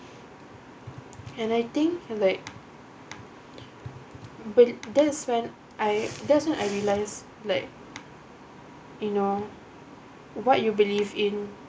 and I think like but that's one that's why I realised like you know what you believed in